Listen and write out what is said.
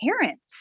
parents